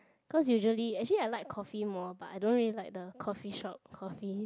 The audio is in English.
cause usually actually I like coffee more but I don't really like the coffeeshop coffee